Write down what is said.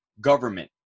government